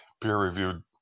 peer-reviewed